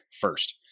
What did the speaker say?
first